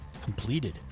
completed